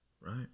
Right